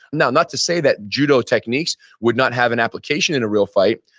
now, not to say that judo techniques would not have an application in a real fight,